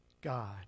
God